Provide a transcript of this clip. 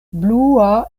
blua